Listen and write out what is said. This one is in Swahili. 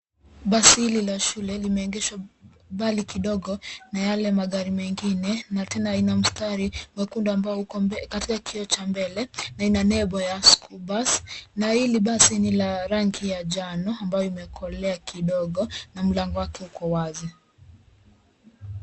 Basi hili la shule limeegeshwa mbali kidogo na yale magari mengine na tena ina mstari mwekundu ambao uko katika kioo cha ya mblele na ina nembo ya School Bus na hili basi ni la rangi ya njano ambayo imekolea kidogo na mlango wake uko wazi.